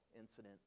incident